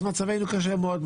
מצבנו קשה מאוד.